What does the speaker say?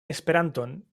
esperanton